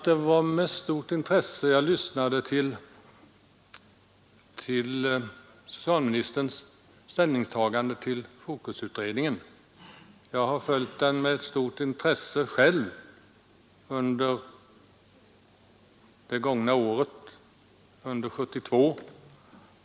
Det var med stort intresse jag lyssnade till socialministerns ställningstagande till Fokusutredningen, som jag själv uppmärksamt har följt under år 1972.